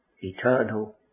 eternal